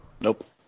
Nope